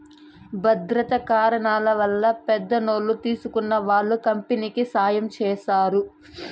భద్రతా కారణాల వల్ల పెద్ద లోన్లు తీసుకునే వాళ్ళు కంపెనీకి సాయం చేస్తారు